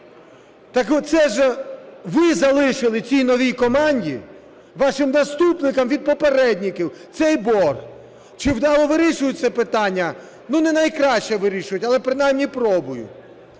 Так це ж ви залишити цій новій команді, вашим наступникам від попередників цей борг. Чи вдало вирішують це питання? Ну, не найкраще вирішують, але принаймні пробують.